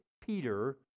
Peter